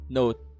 note